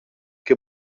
che